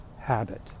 habit